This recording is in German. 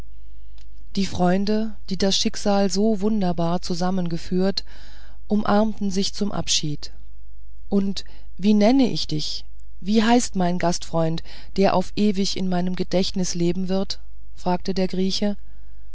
die freunde die das schicksal so wunderbar zusammengeführt umarmten sich zum abschied und wie nenne ich dich wie heißt mein gastfreund der auf ewig in meinem gedächtnis leben wird fragte der grieche